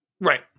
Right